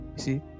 see